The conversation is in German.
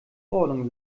ordnung